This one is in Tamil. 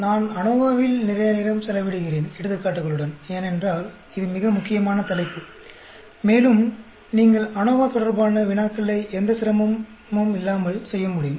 நான் அநோவாவில் நிறைய நேரம் செலவிடுகிறேன் எடுத்துக்காட்டுகளுடன் ஏனென்றால் இது மிக முக்கியமான தலைப்பு மேலும் நீங்கள் அநோவா தொடர்பான வினாக்களை எந்த சிரமமும் இல்லாமல் செய்ய முடியும்